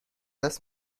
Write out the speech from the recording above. دست